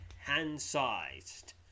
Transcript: hand-sized